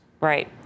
Right